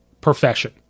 profession